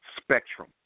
spectrum